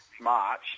March